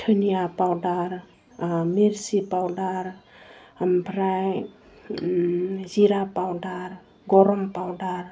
धोनिया powder मिरसि powder आमफ्राय जिरा पावदार गरम पावदार